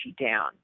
down